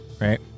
Right